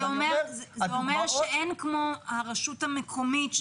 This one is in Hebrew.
הוא אומר שאין כמו הרשות המקומית,